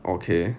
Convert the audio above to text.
okay